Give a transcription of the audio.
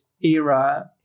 era